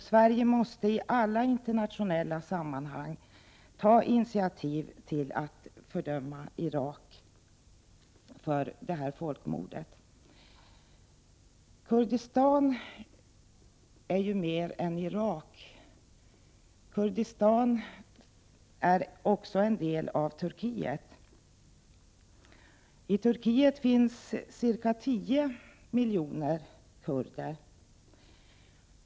Sverige måste i alla internationella sammanhang ta initiativ till att fördöma Irak för detta folkmord. Kurdistan är mer än en del av Irak; Kurdistan är också en del av Turkiet. I Turkiet finns ca 10 miljoner kurder.